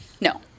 No